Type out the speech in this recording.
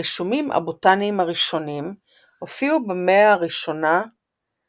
הרישומים הבוטניים הראשונים הופיעו במאה ה-1